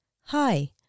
Hi